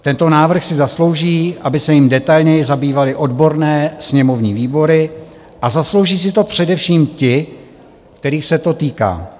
Tento návrh si zaslouží, aby se jím detailněji zabývaly odborné sněmovní výbory, a zaslouží si to především ti, kterých se to týká.